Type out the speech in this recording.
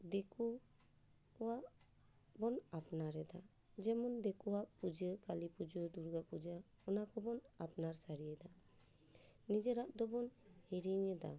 ᱫᱤᱠᱩ ᱠᱚᱣᱟᱜ ᱵᱚᱱ ᱟᱯᱱᱟᱨ ᱮᱫᱟ ᱡᱮᱢᱚᱱ ᱫᱮᱠᱳᱣᱟᱜ ᱯᱩᱡᱟᱹ ᱠᱟᱞᱤ ᱯᱩᱡᱟᱹ ᱫᱩᱨᱜᱟ ᱯᱩᱡᱟᱹ ᱚᱱᱟᱠᱚᱵᱚᱱ ᱟᱯᱱᱟᱨ ᱥᱟᱹᱨᱤᱭᱮᱫᱟ ᱱᱤᱡᱮᱨᱟᱜ ᱫᱚᱵᱚᱱ ᱦᱤᱲᱤᱧᱮᱫᱟ